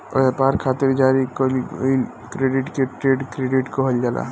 ब्यपार खातिर जारी कईल गईल क्रेडिट के ट्रेड क्रेडिट कहल जाला